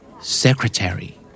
Secretary